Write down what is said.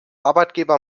arbeitgeber